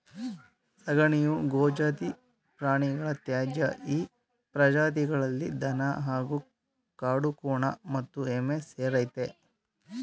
ಸಗಣಿಯು ಗೋಜಾತಿ ಪ್ರಾಣಿಗಳ ತ್ಯಾಜ್ಯ ಈ ಪ್ರಜಾತಿಗಳಲ್ಲಿ ದನ ಹಾಗೂ ಕಾಡುಕೋಣ ಮತ್ತು ಎಮ್ಮೆ ಸೇರಯ್ತೆ